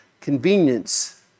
convenience